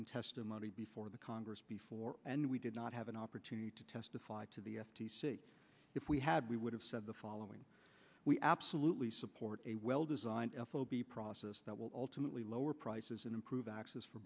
in testimony before the congress before and we did not have an opportunity to testify to the f t c if we had we would have said the following we absolutely support a well designed f o b process that will ultimately lower prices and improve access for